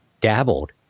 dabbled